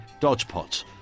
dodgepots